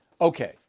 Okay